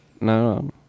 No